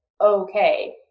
okay